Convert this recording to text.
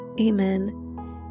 Amen